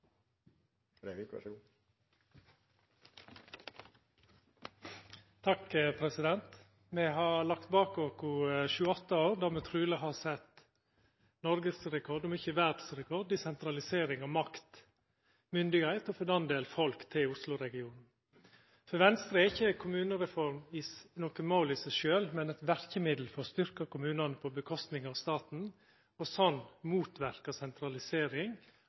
Me har lagt bak oss sju–åtte år der me truleg har sett noregsrekord, om ikkje verdsrekord, i sentralisering av makt og myndigheit – og for den del folk til Oslo-regionen. For Venstre er ikkje kommunereform noko mål i seg sjølv, men eit verkemiddel for å styrkja kommunane i høve til staten, og sånn motverka sentralisering